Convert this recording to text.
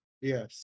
Yes